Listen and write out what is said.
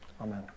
Amen